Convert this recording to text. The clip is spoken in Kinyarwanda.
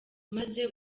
maze